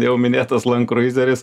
jau minėtas landkruizeris